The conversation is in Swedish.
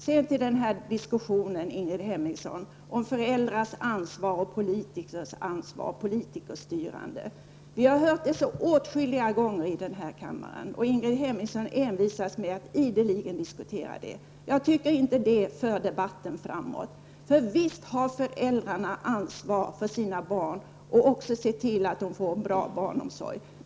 Sedan, Ingrid Hemmingsson, till diskussionen om föräldrars och politikers ansvar och politikerstyrande. Vi har hört sådant tal åtskilliga gånger här i kammaren. Ingrid Hemmingsson envisas med att diskutera detta. Jag tycker inte att det för debatten framåt, för visst har föräldrarna ansvar för sina barn, och de vill också se till att barnen får en bra barnomsorg.